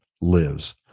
lives